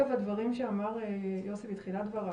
הדברים שאמר יוסי בתחילת דבריו,